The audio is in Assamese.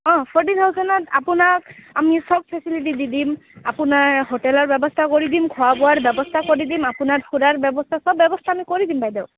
অঁ ফৰটি থাউজেণ্ডত আপোনাক আমি চব ফেচিলিটি দি দিম আপোনাৰ হোটেলৰ ব্যৱস্থা কৰি দিম খোৱা বোৱাৰ ব্যৱস্থা কৰি দিম আপোনাক ফুৰাৰ ব্যৱস্থা চব ব্যৱস্থা আমি কৰি দিম বাইদেউ